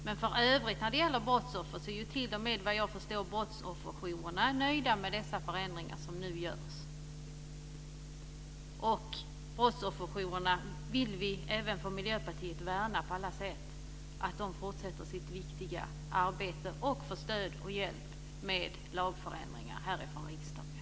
Men för övrigt, när det gäller brottsoffer, är t.o.m. brottsofferjourerna, vad jag förstår, nöjda med dessa förändringar som nu görs, och brottsofferjourerna vill även vi från Miljöpartiet värna på alla sätt, så att de fortsätter med sitt viktiga arbete och får stöd och hjälp med lagförändringar härifrån riksdagen.